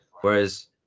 Whereas